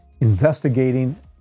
investigating